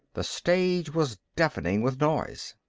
the stage was deafening with noise.